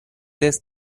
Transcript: this